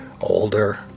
Older